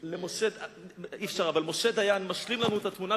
אבל משה דיין משלים לנו את התמונה,